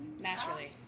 Naturally